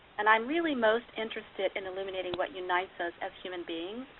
and i'm really most interested in illuminating what unites us as human beings,